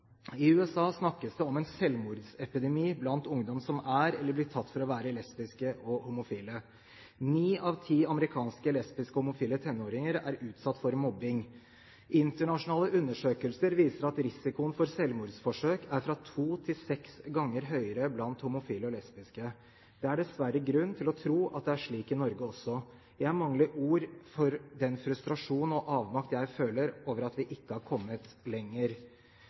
I USA snakkes det om en selvmordsepidemi blant ungdom som er, eller blir tatt for å være, lesbiske og homofile. Ni av ti amerikanske lesbiske og homofile tenåringer er utsatt for mobbing. Internasjonale undersøkelser viser at risikoen for selvmordsforsøk er fra to til seks ganger høyere blant homofile og lesbiske. Det er dessverre grunn til å tro at det er slik i Norge også. Jeg mangler ord for den frustrasjon og avmakt jeg føler over at vi ikke har kommet lenger.